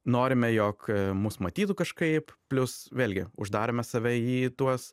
norime jog mus matytų kažkaip plius vėlgi uždarome save į tuos